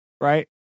right